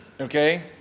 okay